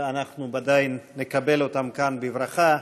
אנחנו ודאי נקבל אותם כאן בברכה.